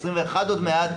2021 עוד מעט,